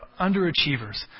underachievers